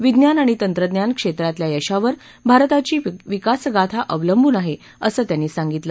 विज्ञान आणि तंत्रज्ञान क्षेत्रातल्या यशावर भारताची विकासगाथा अवलंबून आहे असं त्यांनी सांगितलं